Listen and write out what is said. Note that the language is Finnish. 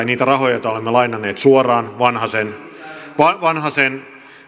niitä rahoja joita olemme lainanneet suoraan vanhasen